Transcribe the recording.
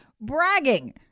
bragging